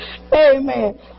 Amen